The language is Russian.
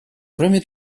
кроме